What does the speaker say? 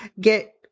get